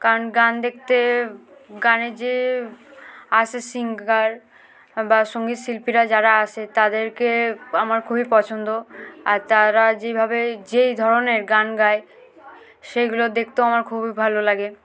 কারণ গান দেখতে গানেের যে আসে সিঙ্গার বা সঙ্গীত শিল্পীরা যারা আসে তাদেরকে আমার খুবই পছন্দ আর তারা যেভাবে যেই ধরনের গান গায় সেইগুলো দেখতেও আমার খুবই ভালো লাগে